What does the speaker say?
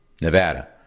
Nevada